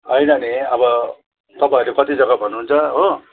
होइन नि अब तपाईँहरूले कति जगा भन्नु हुन्छ हो